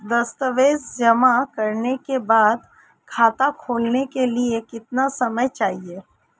दस्तावेज़ जमा करने के बाद खाता खोलने के लिए कितना समय चाहिए?